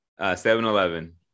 7-Eleven